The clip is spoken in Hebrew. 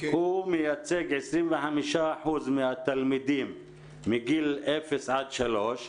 הוא מייצג 25% מהתלמידים מגיל אפס עד שלוש,